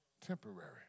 temporary